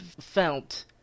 felt